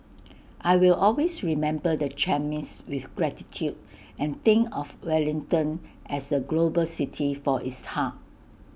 I will always remember the chemist with gratitude and think of Wellington as A global city for its heart